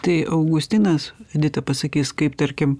tai augustinas edita pasakys kaip tarkim